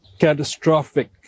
catastrophic